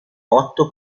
otto